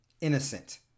innocent